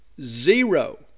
Zero